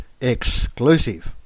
exclusive